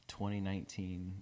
2019